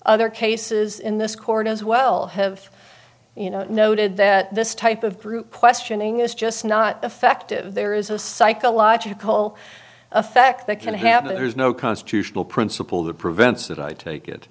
other cases in this court as well have you know noted that this type of group questioning is just not defective there is a psychological effect that can happen there's no constitutional principle that prevents that i take it